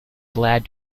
glad